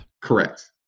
Correct